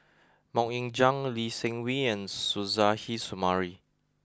Mok Ying Jang Lee Seng Wee and Suzairhe Sumari